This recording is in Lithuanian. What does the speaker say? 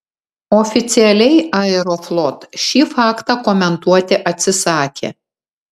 oficialiai aeroflot šį faktą komentuoti atsisakė